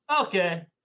Okay